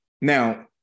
Now